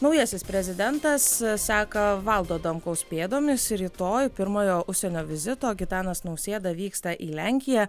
naujasis prezidentas seka valdo adamkaus pėdomis ir rytoj pirmojo užsienio vizito gitanas nausėda vyksta į lenkiją